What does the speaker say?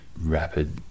rapid